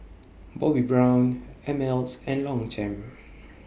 Bobbi Brown Ameltz and Longchamp